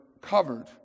covered